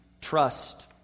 trust